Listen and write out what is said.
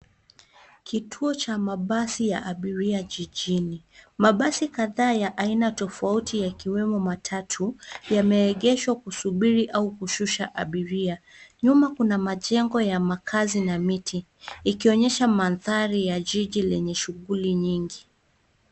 Kituo cha mabasi ya abiria jijini. Mabasi kadhaa ya aina tofauti yakiwemo matatu yameegeshwa kusubiri au kushusha abiria. Nyuma kuna majengo ya makazi na miti, ikionyesha mandhari ya jiji lenye shughuli nyingi.